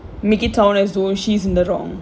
make it sound like though she's in the wrong